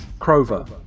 Krover